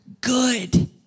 good